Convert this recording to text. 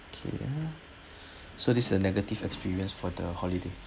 okay ah so this is a negative experience for the holiday